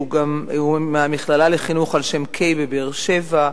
שהוא מהמכללה לחינוך על-שם קיי בבאר-שבע,